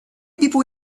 people